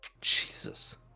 Jesus